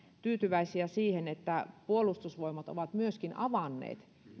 tyytyväisiä siihen että puolustusvoimat on myöskin avannut